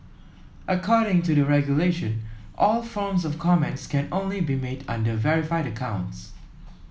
according to the regulation all forms of comments can only be made under verified accounts